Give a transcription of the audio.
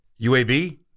UAB